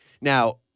Now